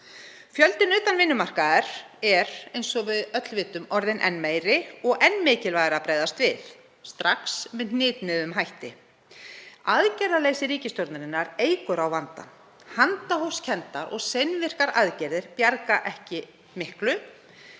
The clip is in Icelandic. Fjöldinn utan vinnumarkaðar er, eins og við vitum öll, orðinn enn meiri og enn mikilvægara að bregðast við strax með hnitmiðuðum hætti. Aðgerðaleysi ríkisstjórnarinnar eykur á vandann. Handahófskenndar og seinvirkar aðgerðir bjarga ekki miklu,